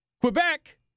Quebec